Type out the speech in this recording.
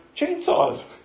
Chainsaws